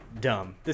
Dumb